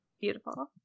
Beautiful